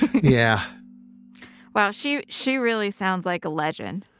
yeah well, she she really sounds like a legend.